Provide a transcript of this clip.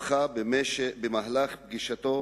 הפכה במהלך פגישתו